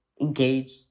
engage